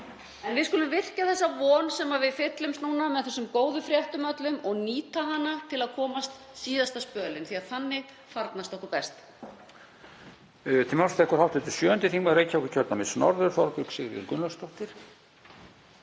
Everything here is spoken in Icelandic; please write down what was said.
En við skulum virkja þá von sem við fyllumst með þessum góðu fréttum öllum og nýta hana til að komast síðasta spölinn því að þannig farnast okkur best.